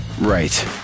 Right